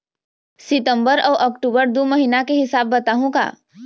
सितंबर अऊ अक्टूबर दू महीना के हिसाब बताहुं का?